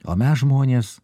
o mes žmonės